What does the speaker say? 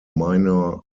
minor